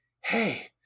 hey